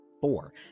four